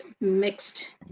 mixed